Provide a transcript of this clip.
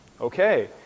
Okay